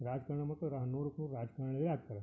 ರಾಜಕಾರ್ಣಿ ಮಕ್ಕಳು ರಾ ನೂರಕ್ಕೆ ನೂರು ರಾಜಕಾರ್ಣಿನೇ ಆಗ್ತಾರೆ